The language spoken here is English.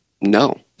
No